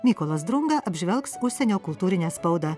mykolas drunga apžvelgs užsienio kultūrinę spaudą